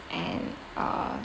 and a